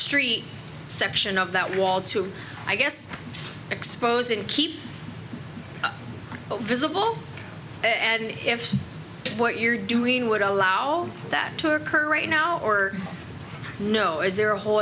street section of that wall to i guess expose and keep visible and if what you're doing would allow that to occur right now or no is there a